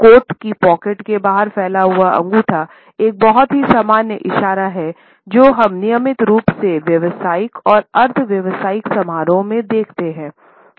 coat की pockets से बाहर फैला हुआ अगूँठा एक बहुत ही सामान्य इशारा है जो हम नियमित रूप से व्यावसायिक और अर्ध व्यावसायिक समारोहों में देखते हैं